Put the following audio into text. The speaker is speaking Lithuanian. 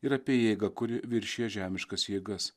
ir apie jėgą kuri viršija žemiškas jėgas